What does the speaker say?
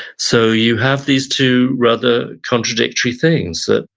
so, you have these two rather contradictory things. but